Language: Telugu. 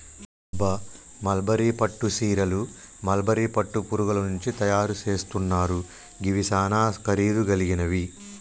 అబ్బ మల్బరీ పట్టు సీరలు మల్బరీ పట్టు పురుగుల నుంచి తయరు సేస్తున్నారు గివి సానా ఖరీదు గలిగినవి